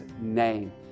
name